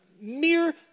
mere